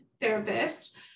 therapist